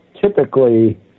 typically